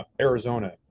Arizona